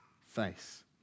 face